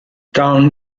town